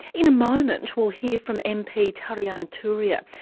in a moment we'll hear from mp tariana turia,